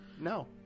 No